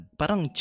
parang